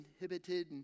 inhibited